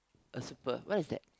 a super what is that